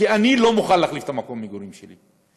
כי אני לא מוכן להחליף את מקום המגורים שלי,